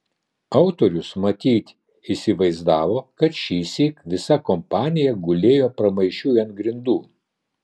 autorius matyt įsivaizdavo kad šįsyk visa kompanija gulėjo pramaišiui ant grindų